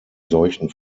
solchen